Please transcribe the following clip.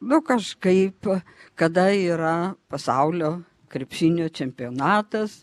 nu kažkaip kada yra pasaulio krepšinio čempionatas